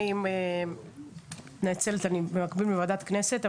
אני מתנצלת אני במקביל בוועדת הכנסת,